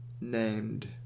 named